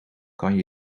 kan